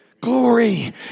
glory